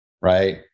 right